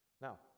Now